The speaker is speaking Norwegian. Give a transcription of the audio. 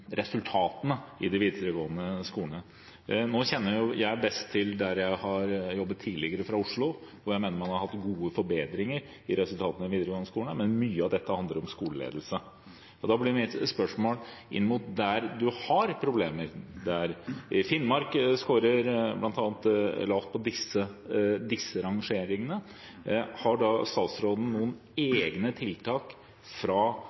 resultatene mellom de videregående skolene. Nå kjenner jeg best til Oslo, der jeg har jobbet tidligere. Jeg mener man har hatt gode forbedringer i resultatene i videregående skole, men mye handler om skoleledelse. Da blir mitt spørsmål: Har statsråden noen nasjonale tiltak rettet inn mot de regionene som trenger en ekstra innsats? Blant annet Finnmark skårer lavt på disse